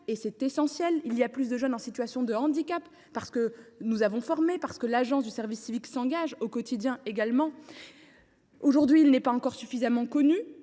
et c’est essentiel. Il y a plus de jeunes en situation de handicap, parce que nous les avons formés et parce que l’Agence du service civique s’engage au quotidien. Le dispositif n’est pas encore suffisamment connu